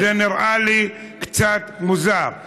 זה נראה לי קצת מוזר.